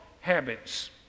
habits